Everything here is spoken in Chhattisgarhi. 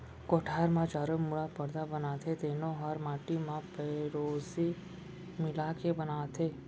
कोठार म चारों मुड़ा परदा बनाथे तेनो हर माटी म पेरौसी मिला के बनाथें